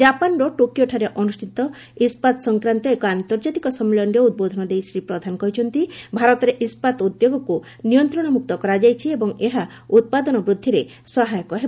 ଜାପାନ୍ର ଟୋକିଓଠାରେ ଅନୁଷ୍ଠିତ ଇସ୍କାତ ସଂକ୍ରାନ୍ତ ଏକ ଆନ୍ତର୍ଜାତିକ ସମ୍ମିଳନୀରେ ଉଦ୍ବୋଧନ ଦେଇ ଶ୍ରୀ ପ୍ରଧାନ କହିଛନ୍ତି ଭାରତରେ ଇସ୍କାତ ଉଦ୍ୟୋଗକୁ ନିୟନ୍ତ୍ରଣମୁକ୍ତ କରାଯାଇଛି ଏବଂ ଏହା ଉତ୍ପାଦନ ବୃଦ୍ଧିରେ ସହାୟକ ହେବ